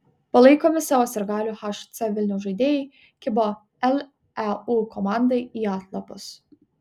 palaikomi savo sirgalių hc vilniaus žaidėjai kibo leu komandai į atlapus